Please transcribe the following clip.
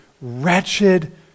wretched